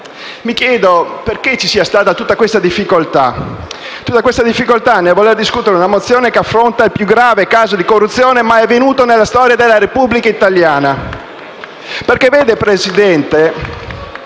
Mi chiedo perché ci sia stata tutta questa difficoltà per discutere una mozione che affronta il più grave caso di corruzione mai avvenuto nella storia della Repubblica italiana. *(Applausi